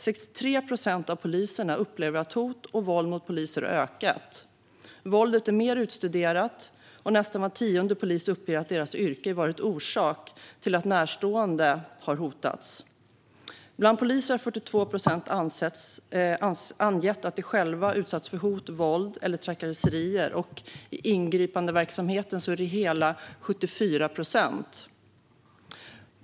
63 procent av poliserna upplever att hot och våld mot poliser har ökat. Våldet är mer utstuderat, och nästan var tionde polis uppger att deras yrke varit orsak till att närstående har hotats. Bland poliser har 42 procent angett att de själva utsatts för hot, våld eller trakasserier. I ingripandeverksamheten är siffran hela 74 procent.